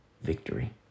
victory